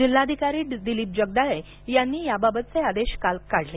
जिल्हाधिकारी दिलीप जगदाळे यांनी याबाबतचे आदेश काल काढले